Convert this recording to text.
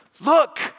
Look